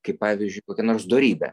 kaip pavyzdžiui kokią nors dorybę